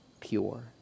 Pure